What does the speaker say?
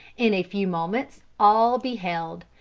in a few moments all beheld,